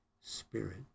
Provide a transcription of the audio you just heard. Spirit